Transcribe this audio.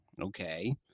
Okay